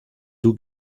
two